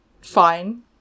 fine